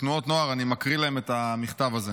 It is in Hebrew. בתנועות נוער, אני מקריא להם את המכתב הזה,